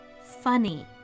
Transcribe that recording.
funny